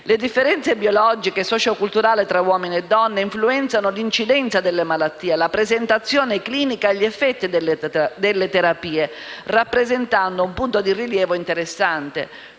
Le differenze biologiche e socio-culturali tra gli uomini e le donne influenzano l'incidenza delle malattie, la presentazione clinica e gli effetti delle terapie, rappresentando un punto di rilievo interessante.